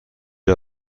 آبی